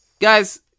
guys